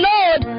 Lord